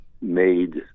made